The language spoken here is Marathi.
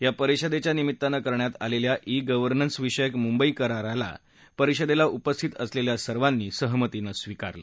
या परिषदेच्या निमित्तानं करण्यात आलेलाई गव्हर्नन्स विषयक मुंबई करार परिषदेला उपस्थित असलेल्या सर्वांनी सहमतीनंस्वीकारला